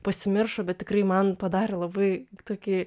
pasimiršo bet tikrai man padarė labai tokį